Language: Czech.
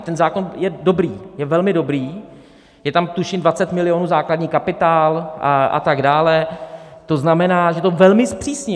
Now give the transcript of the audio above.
Ten zákon je dobrý, je velmi dobrý, je tam tuším 20 milionů základní kapitál a tak dále, to znamená, že to velmi zpřísnil.